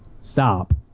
Stop